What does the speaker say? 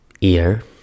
ear